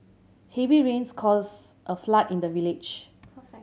heavy rains caused a flood in the village